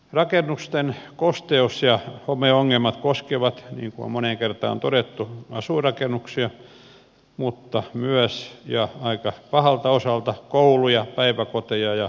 rakennusten kosteus ja homeongelmat koskevat niin kuin on moneen kertaan todettu asuinrakennuksia mutta myös ja aika pahalta osalta kouluja päiväkoteja ja hoitolaitoksia